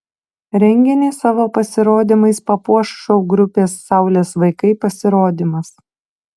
renginį savo pasirodymais papuoš šou grupės saulės vaikai pasirodymas